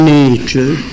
nature